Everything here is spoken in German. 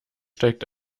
steigt